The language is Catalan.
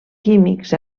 químics